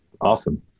awesome